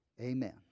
amen